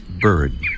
bird